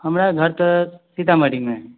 हमरा घर तऽ सीतामढ़ी मे